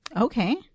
okay